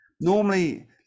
Normally